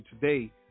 today